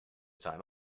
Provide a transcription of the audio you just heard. time